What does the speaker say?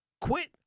Quit